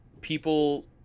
people